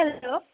hello